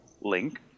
link